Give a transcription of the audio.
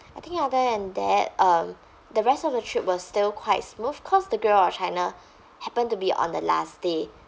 I think other than that um the rest of the trip was still quite smooth cause the great wall of china happened to be on the last day